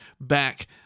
back